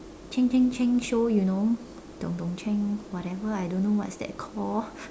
cheng cheng cheng show you know dong dong cheng whatever I don't know what is that called